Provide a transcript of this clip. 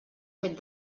fet